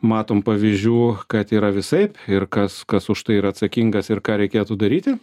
matom pavyzdžių kad yra visaip ir kas kas už tai yra atsakingas ir ką reikėtų daryti